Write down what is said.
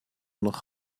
noch